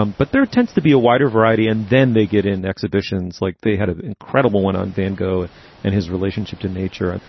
um but there tends to be a wider variety and then they get in exhibitions like they had an incredible one on van gogh and his relationship to nature.